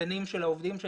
קטנים של העובדים.